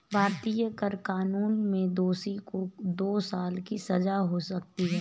भारतीय कर कानून में दोषी को दो साल की सजा हो सकती है